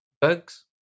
bugs